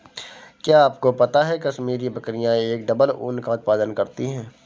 क्या आपको पता है कश्मीरी बकरियां एक डबल ऊन का उत्पादन करती हैं?